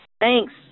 Thanks